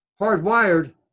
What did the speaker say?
hardwired